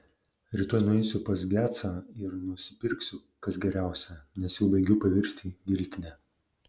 rytoj nueisiu pas gecą ir nusipirksiu kas geriausia nes jau baigiu pavirsti giltine